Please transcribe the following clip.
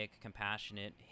compassionate